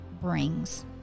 brings